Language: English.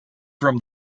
from